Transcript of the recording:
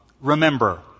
remember